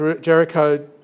Jericho